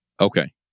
Okay